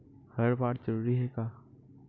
हर बार जरूरी हे का?